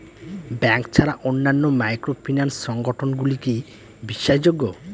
Bank ছাড়া অন্যান্য microfinance সংগঠন গুলি কি বিশ্বাসযোগ্য?